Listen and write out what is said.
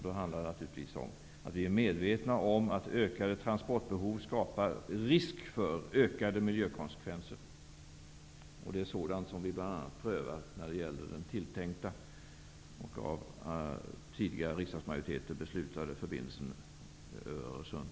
Vi är naturligtvis medvetna om att ökade transportbehov skapar risk för ökade miljökonsekvenser. Det är bl.a. sådant som vi prövar när det gäller den tilltänkta och av den tidigare riksdagsmajoriteten beslutade förbindelsen över Öresund.